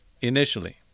initially